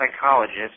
psychologist